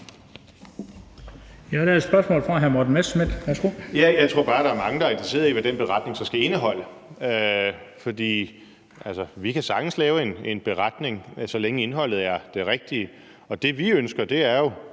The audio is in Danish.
Morten Messerschmidt (DF): Jeg tror bare, der er mange, der er interesserede i, hvad den beretning så skal indeholde. For vi kan sagtens lave en beretning, så længe indholdet er det rigtige, og det, vi ønsker, er jo